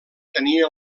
tenia